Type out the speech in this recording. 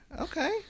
okay